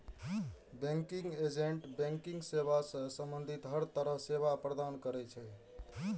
banking agent banking सेवा सं संबंधित हर तरहक सेवा प्रदान करै छै